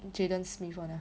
jaden smith one ah